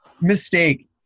mistake